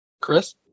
Chris